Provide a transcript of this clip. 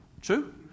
True